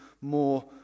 more